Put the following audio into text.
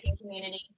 community